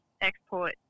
export